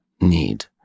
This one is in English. need